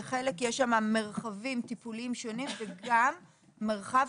יש שם מרחבים טיפוליים שונים וגם מרחב